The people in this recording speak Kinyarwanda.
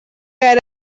yari